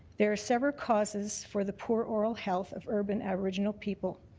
there are several causes for the poor oral health of urban aboriginal people.